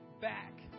back